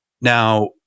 Now